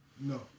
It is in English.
no